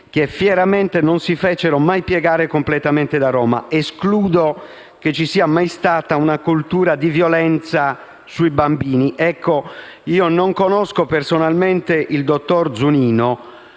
che fieramente non si fecero mai piegare completamente da Roma. Escludo che ci sia mai stata una cultura di violenza sui bambini. Non conosco personalmente il dottor Zunino,